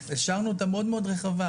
השארנו אותה מאוד מאוד רחבה.